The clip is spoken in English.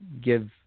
give